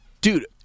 dude